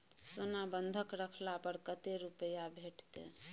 सोना बंधक रखला पर कत्ते रुपिया भेटतै?